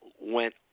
went